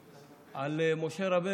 על משה רבנו,